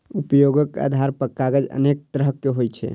उपयोगक आधार पर कागज अनेक तरहक होइ छै